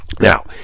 Now